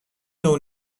نوع